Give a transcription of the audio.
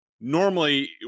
normally